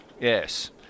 Yes